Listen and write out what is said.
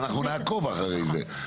ואנחנו נעקוב אחרי זה.